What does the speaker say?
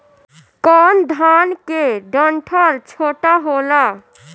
कौन धान के डंठल छोटा होला?